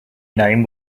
name